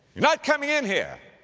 you're not coming in here.